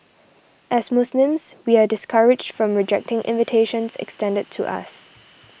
as Muslims we are discouraged from rejecting invitations extended to us